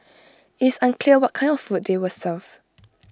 IT is unclear what kind of food they were served